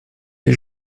les